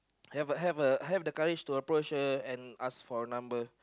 have a have a have the courage to approach her and ask for a number